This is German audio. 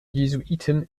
jesuiten